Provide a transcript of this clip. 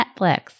Netflix